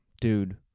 dude